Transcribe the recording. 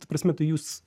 ta prasme tai jūs